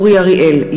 אורי אריאל,